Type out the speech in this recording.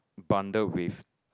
bundled with